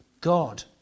God